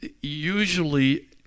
usually